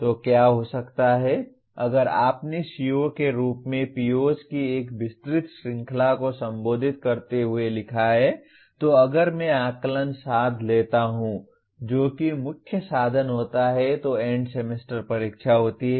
तो क्या हो सकता है अगर आपने CO के रूप में POs की एक विस्तृत श्रृंखला को संबोधित करते हुए लिखा है तो अगर मैं आकलन साधन लेता हूं जो कि मुख्य साधन होता है तो एंड सेमेस्टर परीक्षा होती है